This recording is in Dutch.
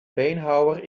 beenhouwer